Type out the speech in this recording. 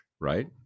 right